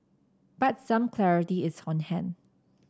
but some clarity is on hand